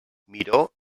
miró